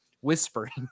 whispering